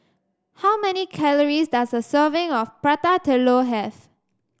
how many calories does a serving of Prata Telur have